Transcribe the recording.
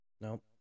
Nope